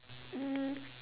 mm